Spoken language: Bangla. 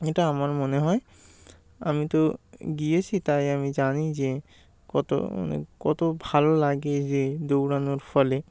এটা আমার মনে হয় আমি তো গিয়েছি তাই আমি জানি যে কত মানে কত ভালো লাগে এই যে দৌড়ানোর ফলে